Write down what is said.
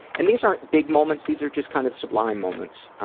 and these aren't big moments, these are just kind of sublime moments.